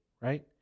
right